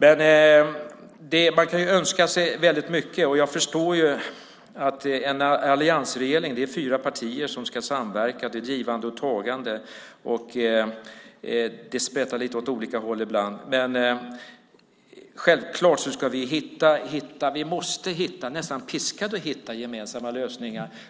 Man kan önska sig väldigt mycket, och jag förstår att i en alliansregering är det fyra partier som ska samverka. Det är ett givande och ett tagande, och det spretar åt lite olika håll ibland. Men självklart ska vi hitta - vi måste hitta, vi är nästan piskade att hitta - gemensamma,